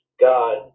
God